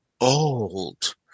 old